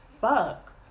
fuck